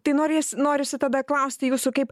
tai norės norisi tada klausti jūsų kaip